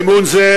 אדוני ראש הממשלה,